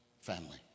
family